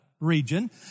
region